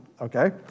okay